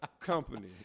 company